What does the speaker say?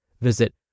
Visit